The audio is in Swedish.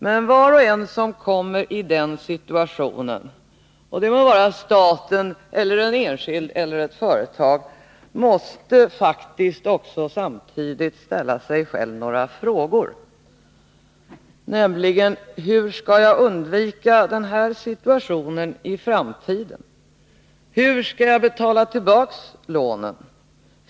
Men var och en som kommer i den situationen — det må vara staten, en enskild eller ett företag — måste faktiskt också samtidigt ställa sig själv några frågor: Hur skall jag undvika den här situationen i framtiden? Hur skall jag betala tillbaka lånen?